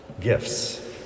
gifts